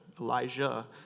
Elijah